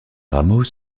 rameaux